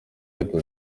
leta